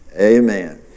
Amen